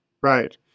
right